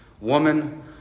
woman